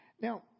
Now